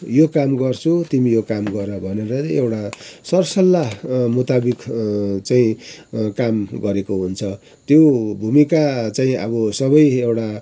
यो काम गर्छु तिमी यो काम गर भनेर एउटा सर सल्लाह मुताबिक चाहिँ काम गरेको हुन्छ त्यो भूमिका चाहिँ अबसबै एउटा